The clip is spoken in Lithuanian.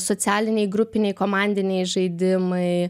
socialiniai grupiniai komandiniai žaidimai